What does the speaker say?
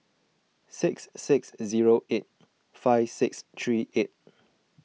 six six zero eight five six three eight